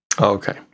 okay